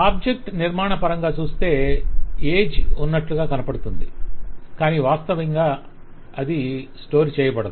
object నిర్మాణ పరంగా చూస్తే ఏజ్ ఉన్నట్లుగా కనపడుతుంది కానీ వాస్తవంగా ఏమీ స్టోర్ చేయబడదు